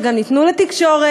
שגם ניתנו לתקשורת,